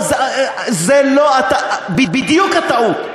זו בדיוק הטעות.